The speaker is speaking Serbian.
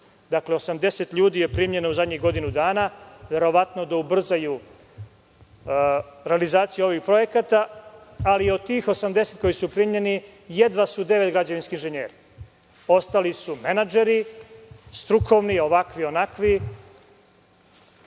Dakle, 80 ljudi je primljeno u zadnjih godinu dana, a verovatno da bi ubrzali realizaciju ovih projekata. Od tih 80 koji su primljeni jedva da je devet građevinskih inženjera, ostali su menadžeri, strukovni, ovakvi, onakvi.